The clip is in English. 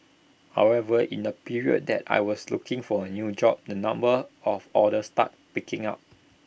however in the period that I was looking for A new job the number of orders started picking up